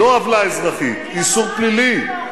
לא עוולה אזרחית, איסור פלילי.